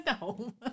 No